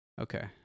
okay